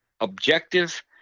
objective